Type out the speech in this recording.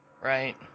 right